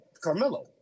Carmelo